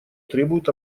требуют